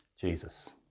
Jesus